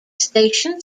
station